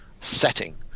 setting